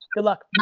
good luck.